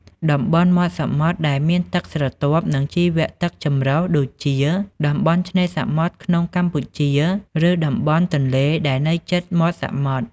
តំបន់មាត់សមុទ្រដែលមានទឹកស្រទាប់ និងជីវៈទឹកចម្រុះ ដូចជា តំបន់ឆ្នេរសមុទ្រក្នុងកម្ពុជា ឬតំបន់ទន្លេដែលជិតមាត់សមុទ្រ។